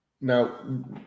Now